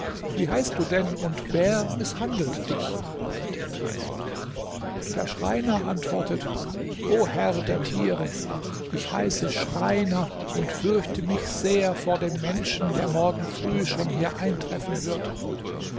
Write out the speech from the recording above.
wie heißt du denn und wer mißhandelt dich der schreiner antwortet o herr der tiere ich heiße schreiner und fürchte mich sehr vor dem menschen der morgen früh schon hier eintreffen wird